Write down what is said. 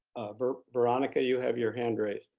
veronica, you have your hand raised.